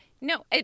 no